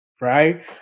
Right